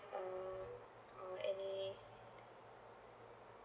um or any